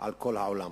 על כל העולם.